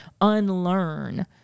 unlearn